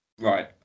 Right